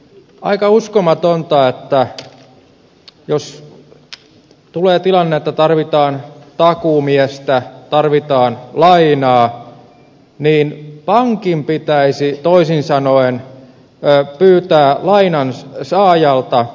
aika uskomatonta että jos tulee tilanne että tarvitaan takuumiestä tarvitaan lainaa niin pankin pitäisi toisin sanoen pyytää lainansaajalta